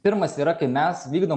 pirmas yra kai mes vykdom